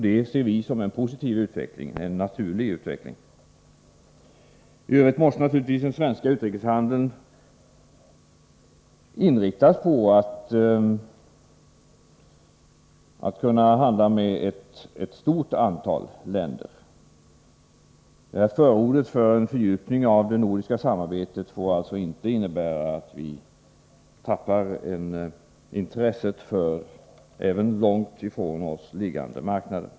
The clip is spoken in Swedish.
Det ser vi som en positiv utveckling, en naturlig utveckling. I övrigt måste naturligtvis den svenska utrikeshandeln inriktas på att vi skall kunna handla med ett stort antal länder. Förordet för en fördjupning av det nordiska samarbetet får alltså inte innebära att vi tappar intresset för geografiskt avlägsna marknader.